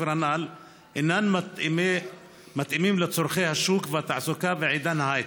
הנ"ל אינה מתאימה לצורכי השוק ולתעסוקה בעידן ההייטק.